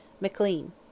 McLean